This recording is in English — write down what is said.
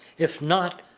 if not,